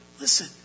Listen